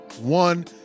one